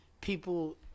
people